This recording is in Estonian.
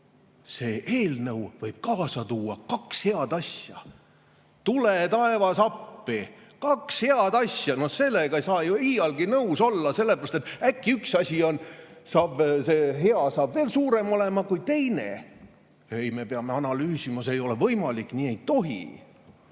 See eelnõu võib kaasa tuua kaks head asja. Tule taevas appi, kaks head asja! No sellega ei saa iialgi nõus olla, sellepärast et äkki üks hea asi saab suurem olema kui teine. Ei, me peame analüüsima! See ei ole võimalik, nii ei tohi!